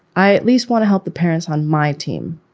i at least want to help the parents on my team.